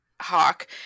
Hawk